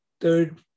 third